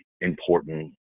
important